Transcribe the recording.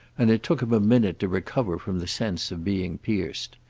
and it took him a minute to recover from the sense of being pierced.